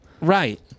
Right